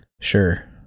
Sure